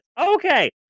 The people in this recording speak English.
Okay